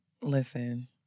listen